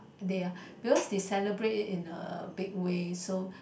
they are because they celebrate in a big way so